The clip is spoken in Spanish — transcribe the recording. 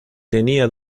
tenía